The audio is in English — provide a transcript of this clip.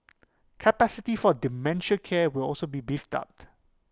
capacity for dementia care will also be beefed out